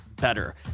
Better